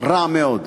רע מאוד.